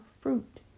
fruit